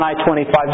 I-25